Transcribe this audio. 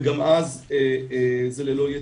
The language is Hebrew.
וגם אז זה ללא יציאות.